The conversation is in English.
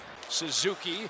Suzuki